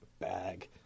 bag